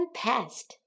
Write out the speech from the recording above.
past